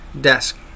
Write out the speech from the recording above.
desk